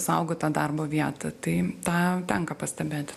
saugo tą darbo vietą tai tą tenka pastebėti